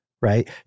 right